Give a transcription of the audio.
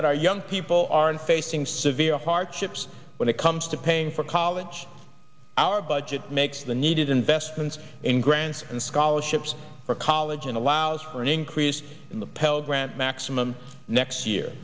that our young people aren't facing severe hardships when it comes to paying for college our budget makes the needed investments in grants and scholarships for college and allows for an increase in the pell grant maximum next year